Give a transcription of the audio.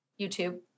YouTube